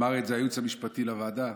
אמר את זה היועץ המשפטי לוועדה,